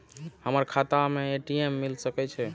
हमर खाता में ए.टी.एम मिल सके छै?